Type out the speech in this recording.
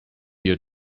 your